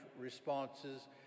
responses